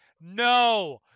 no